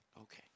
Okay